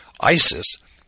ISIS